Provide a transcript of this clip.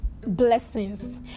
blessings